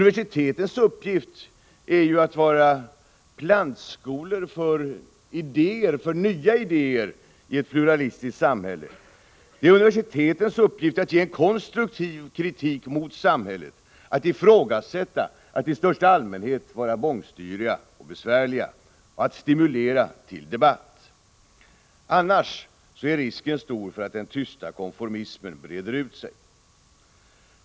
Deras uppgift är ju att vara plantskolor för nya idéer i ett pluralistiskt samhälle. Det är deras uppgift att konstruktivt kritisera samhället, att ifrågasätta, att i största allmänhet vara bångstyriga och besvärliga och att stimulera till debatt. Annars är risken stor för att den tysta konformismen breder ut sig.